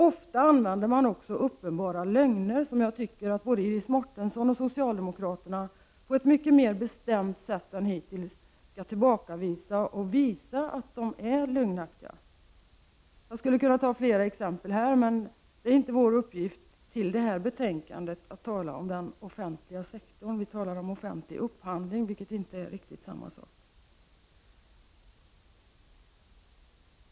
Ofta använder man också uppenbara lögner, som jag tycker att Iris Mårtensson och socialdemokraterna i övrigt på ett mycket mera bestämt sätt än hittills skall avslöja och tillbakavisa. Jag skulle kunna ge flera exempel, men det är inte vår uppgift att i samband med behandlingen av detta betänkande tala om den offentliga sektorn som sådan. Vad vi nu diskuterar är den offentliga upphandlingen, vilket inte är riktigt samma sak.